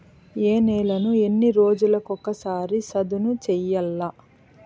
ఏ నేలను ఎన్ని రోజులకొక సారి సదును చేయల్ల?